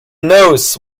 knows